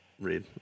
read